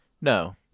no